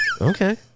Okay